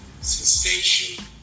sensation